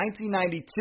1992